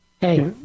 hey